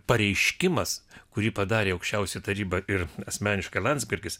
pareiškimas kurį padarė aukščiausioji taryba ir asmeniškai landsbergis